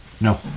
No